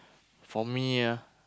for me ah